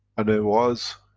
and there was